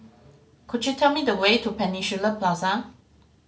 could you tell me the way to Peninsula Plaza